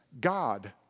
God